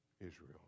Israel